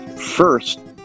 First